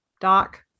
Doc